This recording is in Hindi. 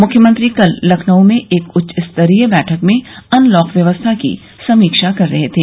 मुख्यमंत्री कल लखनऊ में एक उच्चस्तरीय बैठक में अनलॉक व्यवस्था की समीक्षा कर रहे थे